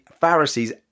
Pharisees